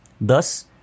Thus